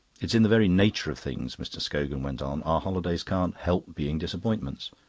it's in the very nature of things, mr. scogan went on our holidays can't help being disappointments.